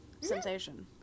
sensation